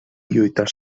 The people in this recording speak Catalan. lluitar